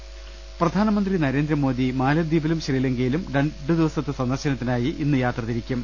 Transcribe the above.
രദ്ദമ്പ്പെട്ടറ പ്രധാനമന്ത്രി നരേന്ദ്രമോദി മാലെദ്വീപിലും ശ്രീലങ്കയിലും രണ്ടുദിവ സത്തെ സന്ദർശനത്തിനായി ഇന്ന് യാത്ര ്ിരിക്കും